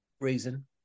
reason